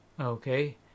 Okay